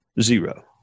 Zero